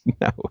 no